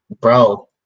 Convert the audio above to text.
bro